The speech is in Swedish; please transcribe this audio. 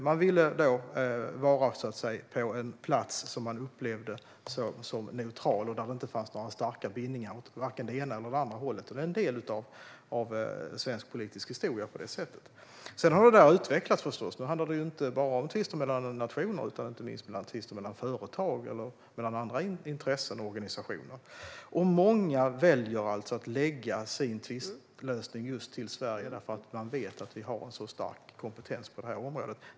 Man ville då vara på en plats som man upplevde som neutral och där det inte fanns några starka bindningar åt vare sig det ena eller det andra hållet. Detta är en del av svensk politisk historia. Sedan har detta utvecklats och handlar nu inte bara om tvister mellan nationer, utan det handlar inte minst om tvister mellan företag eller mellan andra intressen och organisationer. Många väljer alltså att förlägga sin tvistlösning just till Sverige därför att man vet att vi har en så stark kompetens på området.